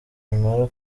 impala